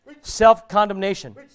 self-condemnation